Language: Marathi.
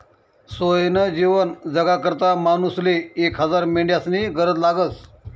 सोयनं जीवन जगाकरता मानूसले एक हजार मेंढ्यास्नी गरज लागस